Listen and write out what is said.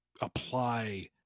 apply